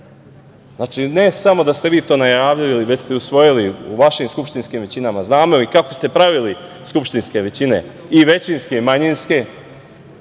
uopšte. Znači, ne samo da ste vi to najavili, ili već ste i usvojili u vašim skupštinskim većinama, znamo i kako ste pravili skupštinske većine i većinske i manjinske